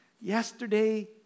Yesterday